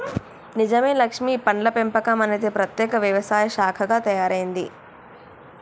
నిజమే లక్ష్మీ పండ్ల పెంపకం అనేది ప్రత్యేక వ్యవసాయ శాఖగా తయారైంది